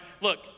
Look